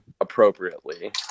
appropriately